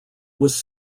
was